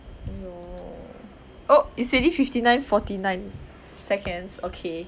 !aiyo! oh it's already fifty nine forty nine seconds okay